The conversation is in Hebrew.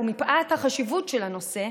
ומפאת החשיבות של הנושא,